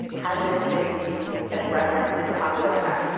has it been used and referenced in the popular press,